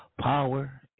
Power